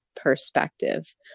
perspective